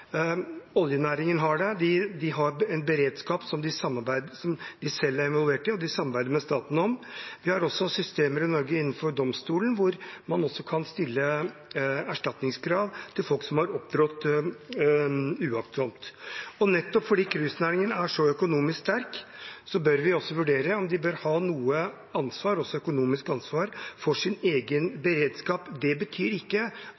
Oljenæringen har det, de har en beredskap som de selv er involvert i, og som de samarbeider med staten om. Vi har også systemer i Norge innenfor domstolen der man kan stille erstatningskrav til folk som har opptrådt uaktsomt. Nettopp fordi cruisenæringen er så økonomisk sterk, bør vi vurdere om de bør ha noe ansvar, også økonomisk ansvar, for sin egen beredskap. Det betyr ikke